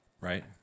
right